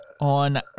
On